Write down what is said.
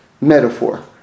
metaphor